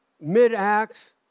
mid-Acts